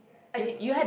I didn't eat